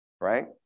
right